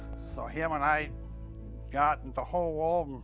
so him and i got the whole.